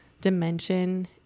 dimension